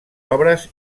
obres